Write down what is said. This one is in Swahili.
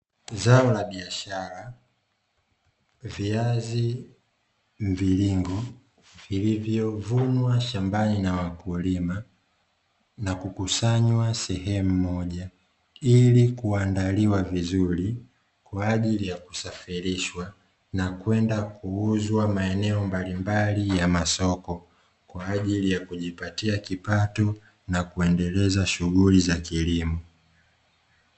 Zao la biashara la viazi mviringo vilivyovunwa shambani na wakulima na kukusanywa kwenye sehemu mmoja ilikuandaliwa vizuri kwaajili ya kusafirishwa na kwenda kuuzwa maeneo mbalimbali ya masoko kwaajili ya kujipatia kipato na kuendeleza shughuli za kilimo.